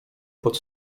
pod